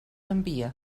envia